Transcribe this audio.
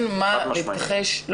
חד משמעית.